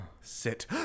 Sit